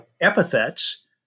epithets